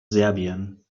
serbien